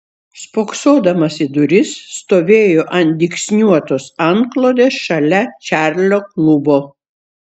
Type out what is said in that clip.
spoksodamas į duris stovėjo ant dygsniuotos antklodės šalia čarlio klubo